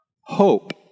hope